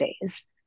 days